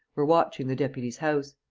were watching the deputy's house.